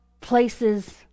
places